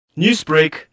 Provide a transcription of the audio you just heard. Newsbreak